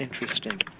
interesting